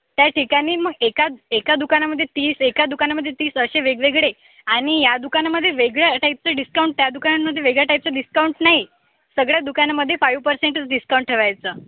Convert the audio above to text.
त्या ठिकाणी मग एका एका दुकानामध्ये तीस एका दुकानामध्ये तीस असे वेगवेगळे आणि या दुकानामध्ये वेगळ्या टाईपचे डिस्काउंट त्या दुकानामध्ये वेगळ्या टाईपचे डिस्काउंट नाही सगळ्या दुकानांमध्ये फाईव्ह पर्सेंटच डिस्काउंट ठेवायचं